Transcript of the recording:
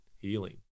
healing